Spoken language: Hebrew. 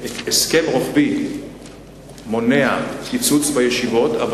שהסכם רוחבי מונע קיצוץ בישיבות אבל